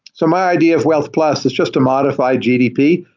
so my idea of wealth plus is just a modified gdp.